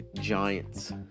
Giants